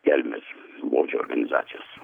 kelmės bodžio organizacijos